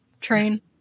train